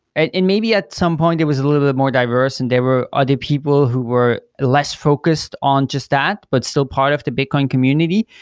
and maybe at some point, it was a little bit more diverse and there were other people who were less focused on just that, but still part of the bitcoin community.